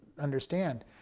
understand